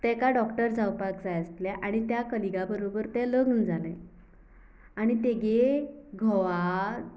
तेका डॉक्टर जावपाक जाय आसले आनी त्या कलिगा बरोबर तें लग्न जालें आनी तेगे घोवाचो